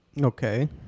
Okay